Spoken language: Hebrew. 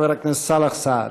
חבר הכנסת סאלח סעד.